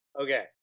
Okay